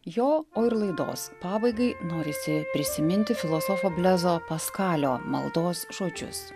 jo o ir laidos pabaigai norisi prisiminti filosofo blezo paskalio maldos žodžius